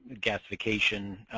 gasification,